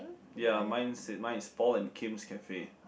ya mine said mine is fall in Kims cafe